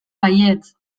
baietz